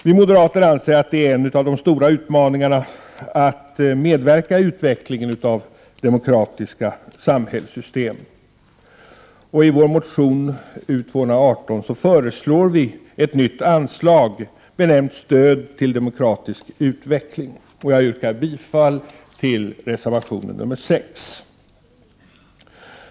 Vi moderater anser att det är en av de stora utmaningarna att medverka i utvecklingen av demokratiska samhällssystem. I vår motion Uu218 föreslår vi ett nytt anslag, benämnt ”Stöd till demokratisk utveckling”. Jag yrkar bifall till reservation 6.